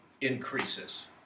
Increases